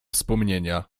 wspomnienia